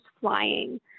flying